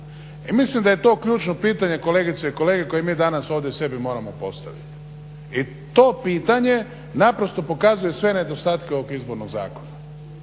I mislim da je to ključno pitanje kolegice i kolege koje mi danas ovdje sebi moramo postaviti, i to pitanje naprosto pokazuje sve nedostatke ovog izbornog zakona,